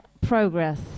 Progress